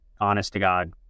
honest-to-God